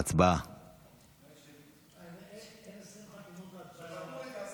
ההצעה להעביר את